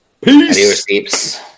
peace